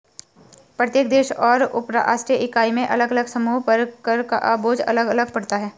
प्रत्येक देश और उपराष्ट्रीय इकाई में अलग अलग समूहों पर कर का बोझ अलग अलग पड़ता है